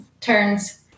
turns